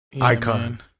Icon